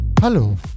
Hallo